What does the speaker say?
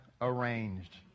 arranged